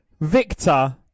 Victor